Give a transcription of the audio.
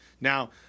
Now